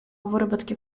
выработке